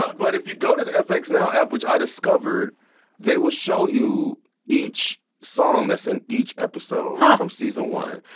but if you go to the fxnow app, which i discovered they will show you each song that's in each episode. huh. from season one.